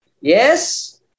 Yes